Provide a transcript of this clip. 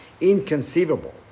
inconceivable